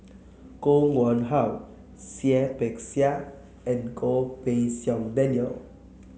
Koh Nguang How Seah Peck Seah and Goh Pei Siong Daniel